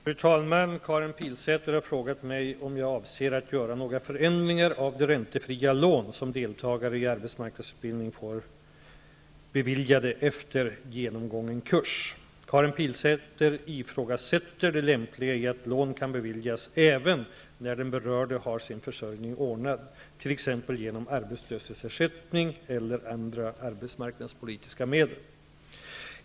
Fru talman! Karin Pilsäter har frågat mig om jag avser att göra några förändringar av de räntefria lån som deltagare i arbetsmarknadsutbildning får beviljas efter genomgången kurs. Karin Pilsäter ifrågasätter det lämpliga i att lån kan beviljas även när den berörde har sin försörjning ordnad, t.ex. genom arbetslöshetsersättning eller andra arbetsmarknadspolitiska medel.